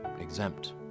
exempt